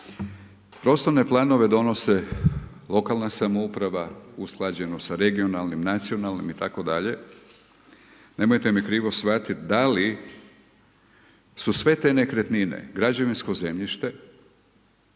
prostorne planove donose lokalna samouprava usklađeno sa regionalnim nacionalnim itd. Nemojte me krivo shvatiti, da li su sve te nekretnine, građevinsko zemljište,